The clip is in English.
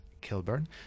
Kilburn